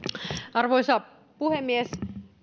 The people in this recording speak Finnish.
arvoisa puhemies